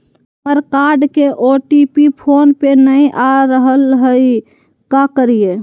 हमर कार्ड के OTP phone पे नई आ रहलई हई, का करयई?